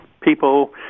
people